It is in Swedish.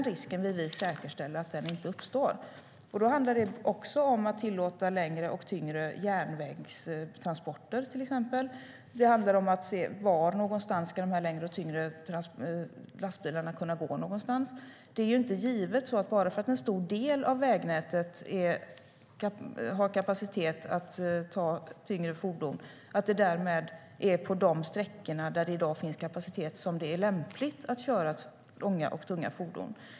Vi vill säkerställa att den risken inte uppstår. Då handlar det också om att tillåta längre och tyngre järnvägstransporter, till exempel. Det handlar om att se var någonstans de här längre och tyngre lastbilarna ska kunna gå. Det är inte givet att det bara för att en stor del av vägnätet har kapacitet att ta tyngre fordon därmed är på de sträckor där det i dag finns kapacitet som det är lämpligt att köra långa och tunga fordon.